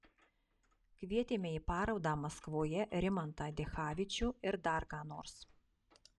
kvietėme į parodą maskvoje rimantą dichavičių ir dar ką nors